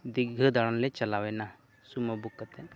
ᱫᱤᱜᱷᱟᱹ ᱫᱟᱬᱟᱱ ᱞᱮ ᱪᱟᱞᱟᱣᱮᱱᱟ ᱥᱩᱢᱩ ᱵᱩᱠ ᱠᱟᱛᱮᱫ